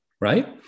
Right